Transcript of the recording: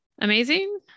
amazing